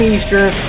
Eastern